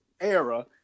era